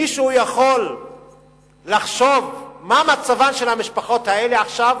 מישהו יכול לחשוב מה מצבן של המשפחות האלה עכשיו?